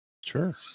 Sure